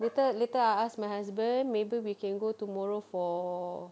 later later I ask my husband maybe we can go tomorrow for